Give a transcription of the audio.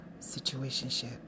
Situationship